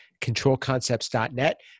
controlconcepts.net